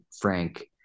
Frank